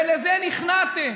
ולזה נכנעתם,